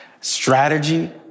strategy